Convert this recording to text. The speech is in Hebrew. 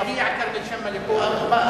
כשיגיע כרמל שאמה לפה.